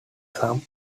some